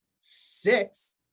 six